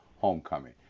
homecoming